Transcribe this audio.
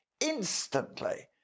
instantly